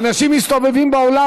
האנשים מסתובבים באולם.